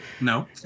no